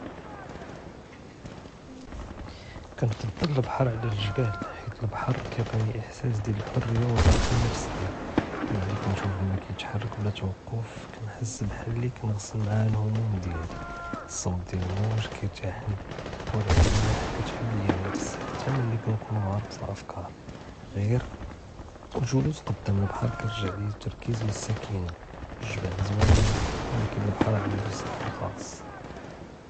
קנפדל אלבהר עלא אלג'בל, חית אלבהר חית אלבהר קיעטיני אחשאס דיאל אלחריה ו אלרחה אלנפסיה, מין קנשוףהום מא קיתחרקו בלא ת'וואקוף קנהס כחאל אללי קנגשל מעאה אלהומ דיאלי, אלסוט דיאל אלמוג קירתאהני, ו ריחה אלמלח קתהל ליא אלנפס, חתא מין קא נקון גארק באפכארי, ג'יר אלג'לוס קדאם אלבהר קירג'עלי אלתרכיז ו אלסקינה, אלג'בל זוין ולקין אלבהר ענדו סהר חס.